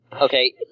Okay